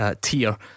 tier